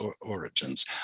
origins